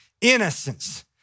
innocence